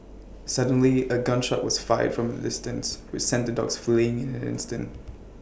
suddenly A gun shot was fired from A distance which sent the dogs fleeing in an instant